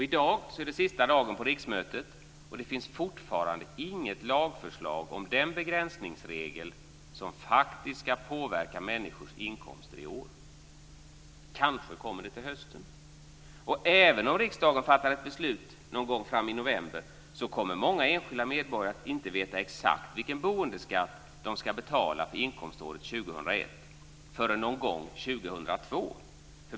I dag är det sista dagen på riksmötet, och det finns fortfarande inget lagförslag om den begränsningsregel som faktiskt ska påverka människors inkomster i år. Kanske kommer det till hösten. Även om riksdagen fattar beslut någon gång framme i november kommer många enskilda medborgare inte att veta exakt vilken boendeskatt de ska betala för inkomståret 2001 förrän någon gång 2002.